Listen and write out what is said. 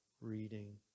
reading